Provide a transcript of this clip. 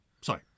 Sorry